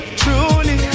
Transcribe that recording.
truly